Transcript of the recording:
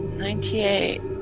Ninety-eight